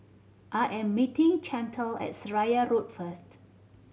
I am meeting Chantel at Seraya Road first